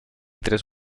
tres